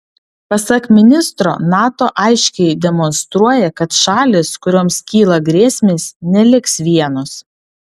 pasak ministro nato aiškiai demonstruoja kad šalys kurioms kyla grėsmės neliks vienos